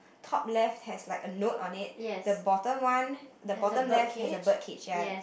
top left has like a note on it the bottom one the bottom left has a bird cage ya